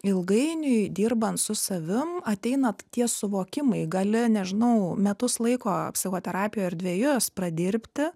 ilgainiui dirbant su savim ateina tie suvokimai gali nežinau metus laiko psichoterapijoj ar dvejus pradirbti